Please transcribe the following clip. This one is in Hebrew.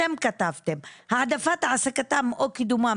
"העדפת העסקתם או קידומם